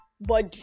body